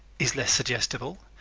is less suggestible,